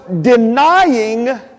denying